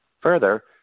Further